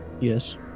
yes